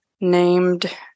named